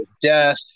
death